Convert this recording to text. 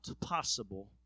possible